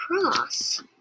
Cross